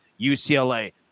UCLA